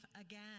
again